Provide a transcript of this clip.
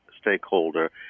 stakeholder